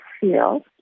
feel